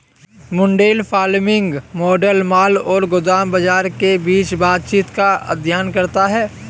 Mundell Fleming model माल और मुद्रा बाजार के बीच बातचीत का अध्ययन करता है